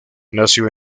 nació